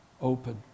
open